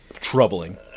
Troubling